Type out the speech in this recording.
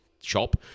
shop